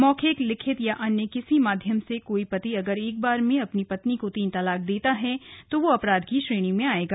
मौखिक लिखित या किसी अन्य माध्यम से कोई पति अगर एक बार में अपनी पत्नी को तीन तलाक देता है तो वह अपराध की श्रेणी में आएगा